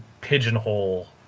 pigeonhole